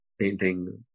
painting